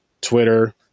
twitter